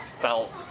felt